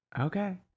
Okay